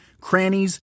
crannies